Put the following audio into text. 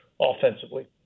offensively